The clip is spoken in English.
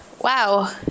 Wow